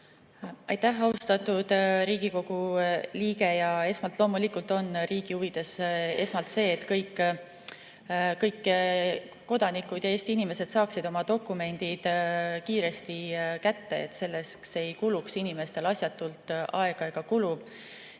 Aitäh, austatud Riigikogu liige! Esmalt loomulikult on riigi huvides see, et kõik kodanikud ja Eesti inimesed saaksid oma dokumendid kiiresti kätte ning et selleks ei kuluks inimestel asjatult aega ega raha.